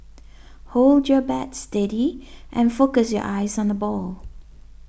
hold your bat steady and focus your eyes on the ball